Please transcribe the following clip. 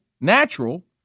natural